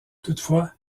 toutefois